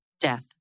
Death